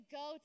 go